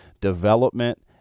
development